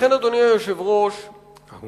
לכן, אדוני היושב-ראש, אנחנו